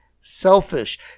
selfish